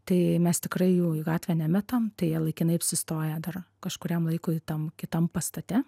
tai mes tikrai jų į gatvę nemetam tai jie laikinai apsistoja dar kažkuriam laikui tam kitam pastate